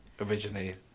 originally